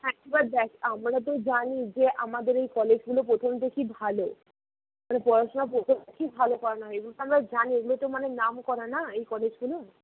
একবার দেখ আমরা তো জানি যে আমাদের ওই কলেজগুলো প্রথম থেকেই ভালো মানে পড়াশুনো প্রথম থেকেই ভালো করানো হয় এগুলো তো আমরা জানি এগুলো তো মানে নাম করা না এই কলেজগুলো